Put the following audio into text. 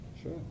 Sure